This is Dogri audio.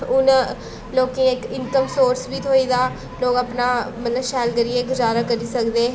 हून लोकें गी इक इनकम सोर्स बी थ्होई दा लोग अपना मतलब शैल करियै गुजारा करी सकदे